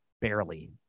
barely